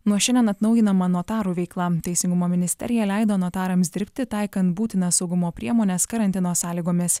nuo šiandien atnaujinama notarų veikla teisingumo ministerija leido notarams dirbti taikant būtinas saugumo priemones karantino sąlygomis